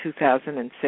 2006